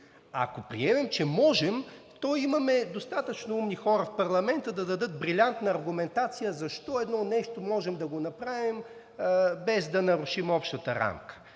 Ако приемем, че можем, то имаме достатъчно умни хора в парламента да дадат брилянтна аргументация защо едно нещо можем да го направим, без да нарушим общата рамка.